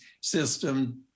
system